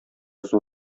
зур